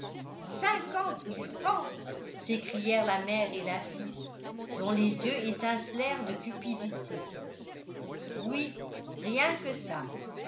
cinquante mille francs s'écrièrent la mère et la fille dont les yeux étincelèrent de cupidité oui rien que ça